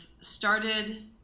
started